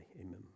amen